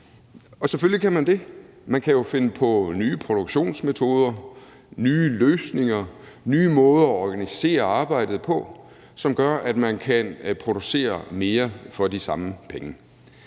og selvfølgelig kan man det. Man kan jo finde på nye produktionsmetoder, nye løsninger og nye måder at organisere arbejdet på, som gør, at man kan producere mere for de samme penge.